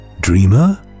Dreamer